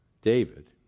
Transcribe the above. David